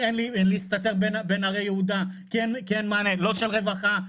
מסתתר בין הרי יהודה כי אין מענה לא של רווחה,